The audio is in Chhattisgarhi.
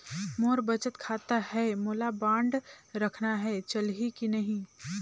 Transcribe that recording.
मोर बचत खाता है मोला बांड रखना है चलही की नहीं?